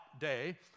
day